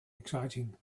exciting